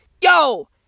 yo